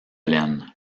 laine